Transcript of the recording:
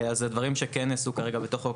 אז הדברים שכן נעשו כרגע בתוך חוק